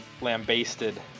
lambasted